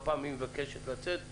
הפעם היא מבקשת לצאת,